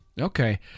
Okay